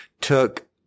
took